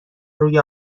روی